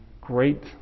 great